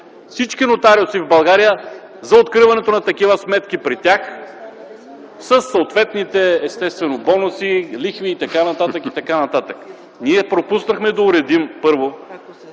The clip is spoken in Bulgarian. всички нотариуси в България за откриването на такива сметки при тях със съответните естествено бонуси, лихви и т.н., и т.н. Първо, ние пропуснахме да уредим кой